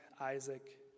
Isaac